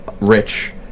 rich